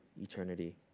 eternity